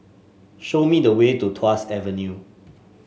show me the way to Tuas Avenue